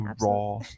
raw